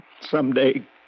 Someday